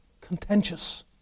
contentious